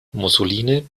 mussolini